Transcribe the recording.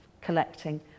collecting